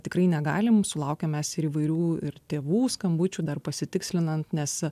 tikrai negalim sulaukiam mes ir įvairių ir tėvų skambučių dar pasitikslinant nes